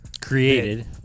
created